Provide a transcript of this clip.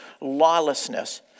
lawlessness